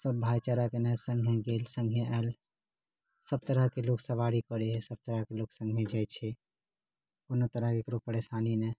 सभ भाईचाराकेँ सङ्ग सङ्गे गेल सङ्गे आएल सभ तरहकेँ लोक सवारी करै छै सभ तरहकेँ लोक सङ्गे जाइ छै कोनो तरह केकरो परेशानी नहि